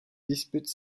dispute